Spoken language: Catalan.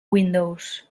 windows